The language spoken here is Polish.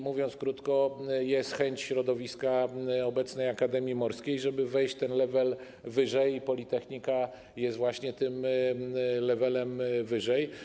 Mówiąc krótko, jest chęć środowiska obecnej Akademii Morskiej, żeby wejść na ten level wyżej i politechnika jest właśnie tym levelem wyżej.